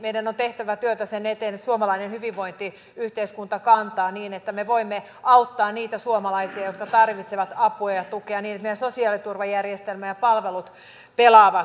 meidän on tehtävä työtä sen eteen että suomalainen hyvinvointiyhteiskunta kantaa niin että me voimme auttaa niitä suomalaisia jotka tarvitsevat apua ja tukea niin että meidän sosiaaliturvajärjestelmä ja palvelut pelaavat